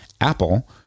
Apple